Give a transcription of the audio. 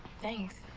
thanks.